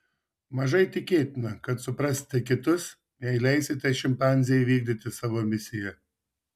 mažai tikėtina kad suprasite kitus jei leisite šimpanzei vykdyti savo misiją